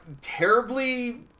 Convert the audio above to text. terribly